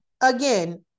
again